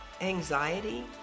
Anxiety